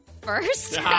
First